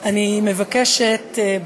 בבקשה.